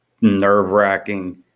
nerve-wracking